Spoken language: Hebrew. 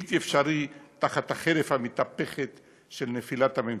בלתי אפשרי, תחת החרב המתהפכת של נפילת הממשלה.